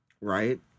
Right